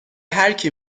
هرکی